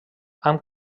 amb